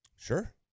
Sure